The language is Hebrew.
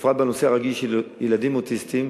בפרט בנושא הרגיש של ילדים אוטיסטים,